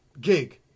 Gig